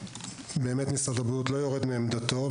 באמת משרד הבריאות לא יורד מעמדתנו,